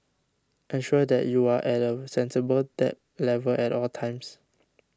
ensure that you are at a sensible debt level at all times